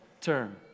term